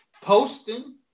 posting